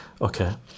okay